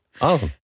Awesome